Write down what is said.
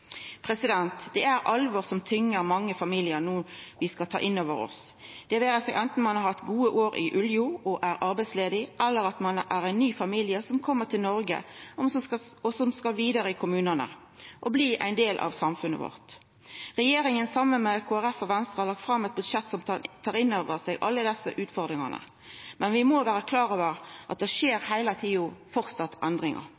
Det er alvor som tyngjer mange familiar, noko vi skal ta inn over oss, enten ein har hatt gode år innanfor olje og er arbeidsledig, eller ein er ein ny familie som kjem til Noreg, og som skal vidare i kommunane og bli ein del av samfunnet vårt. Regjeringa har saman med Kristeleg Folkeparti og Venstre lagt fram eit budsjett som tar inn over seg alle desse utfordringane. Men vi må vera klare over at det skjer endringar